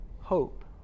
hope